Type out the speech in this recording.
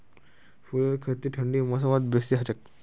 फूलेर खेती ठंडी मौसमत बेसी हछेक